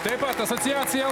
taip pat asociacija